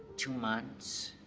two months.